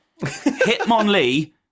Hitmonlee